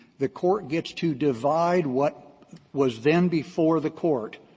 the court gets to divide what was then before the court.